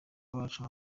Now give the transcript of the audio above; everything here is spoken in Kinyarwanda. abacu